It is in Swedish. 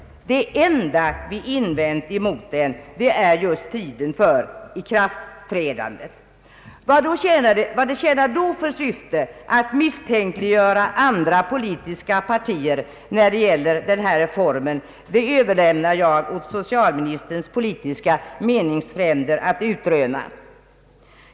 Det enda vi haft att invända mot den gäller just tiden för ikraftträdandet. Vad det då tjänar för syfte att misstänkliggöra andra politiska partier när det gäller denna reform överlämnar jag åt socialministerns politiska meningsfränder att utröna.